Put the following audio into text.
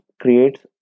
creates